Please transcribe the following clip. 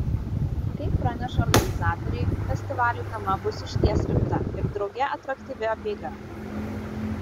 kaip praneša organizatoriai festivalio tema bus išties rimta ir drauge atraktyvi apeiga